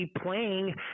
playing